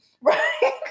right